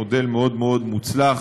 מודל מאוד מאוד מוצלח,